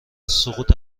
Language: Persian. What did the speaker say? سقوط